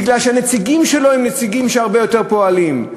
כי הנציגים שלו הרבה יותר פועלים.